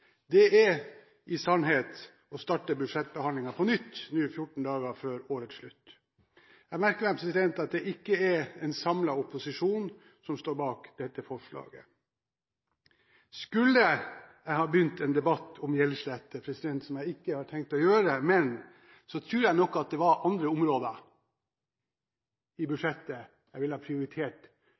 Det er i sannhet å starte budsjettbehandlingen på nytt 14 dager før årets slutt. Jeg merker meg at det ikke er en samlet opposisjon som står bak dette forslaget. Skulle jeg ha begynt en debatt om gjeldssletting, noe jeg ikke har tenkt å gjøre, var det nok andre områder i budsjettet jeg ville ha prioritert